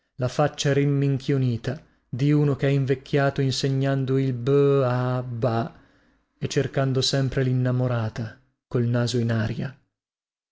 la faccia rimminchionita di uno chè invecchiato insegnando il b-a-ba e cercando sempre linnamorata col naso in aria